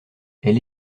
elle